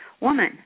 woman